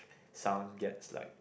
someone gets like